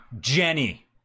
Jenny